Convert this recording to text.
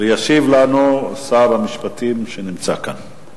ישיב לנו שר המשפטים, שנמצא כאן.